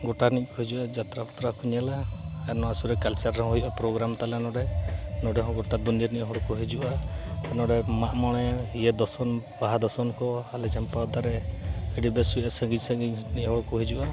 ᱜᱚᱴᱟ ᱨᱮᱱᱤᱡ ᱠᱚ ᱦᱤᱡᱩᱜᱼᱟ ᱡᱟᱛᱨᱟ ᱯᱟᱴᱨᱟ ᱠᱚ ᱧᱮᱞᱟ ᱟᱨ ᱱᱚᱣᱟ ᱥᱩᱨ ᱨᱮ ᱠᱟᱞᱪᱟᱨᱟᱞ ᱦᱚᱸ ᱦᱩᱭᱩᱜᱼᱟ ᱯᱨᱳᱜᱨᱟᱢ ᱛᱟᱞᱮ ᱱᱚᱰᱮ ᱱᱚᱰᱮ ᱦᱚᱸ ᱜᱚᱴᱟ ᱫᱩᱱᱤᱭᱟᱹ ᱨᱮᱱᱤᱡ ᱦᱚᱲ ᱠᱚ ᱦᱤᱡᱩᱜᱼᱟ ᱱᱚᱰᱮ ᱢᱟᱜ ᱢᱚᱬᱮ ᱤᱭᱟᱹ ᱫᱚᱥᱚᱱ ᱵᱟᱦᱟ ᱫᱚᱥᱚᱱ ᱠᱚ ᱟᱞᱮ ᱪᱟᱢᱯᱟᱣ ᱫᱟᱨᱮ ᱟᱹᱰᱤ ᱵᱮᱹᱥ ᱦᱩᱭᱩᱜᱼᱟ ᱥᱟᱺᱜᱤᱧ ᱥᱟᱺᱜᱤᱧ ᱨᱮᱱᱤᱡ ᱦᱚᱲ ᱠᱚ ᱦᱤᱡᱩᱜᱼᱟ